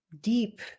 deep